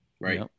right